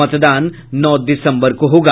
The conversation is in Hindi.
मतदान नौ दिसम्बर को होगा